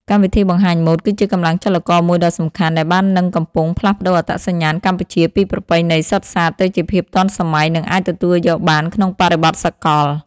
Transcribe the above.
កម្មវិធីបង្ហាញម៉ូដគឺជាកម្លាំងចលករមួយដ៏សំខាន់ដែលបាននឹងកំពុងផ្លាស់ប្តូរអត្តសញ្ញាណកម្ពុជាពីប្រពៃណីសុទ្ធសាធ ទៅជាភាពទាន់សម័យ និងអាចទទួលយកបានក្នុងបរិបទសកល។